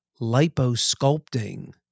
liposculpting